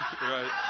Right